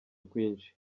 kwinshi